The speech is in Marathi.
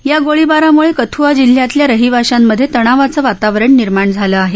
या गोळीबारामुळे कथ्आ जिल्ह्यातल्या रहिवाश्यांमधे तणावाचं वातावरण निर्माण झालं आहे